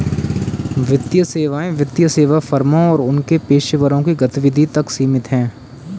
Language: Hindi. वित्तीय सेवाएं वित्तीय सेवा फर्मों और उनके पेशेवरों की गतिविधि तक सीमित हैं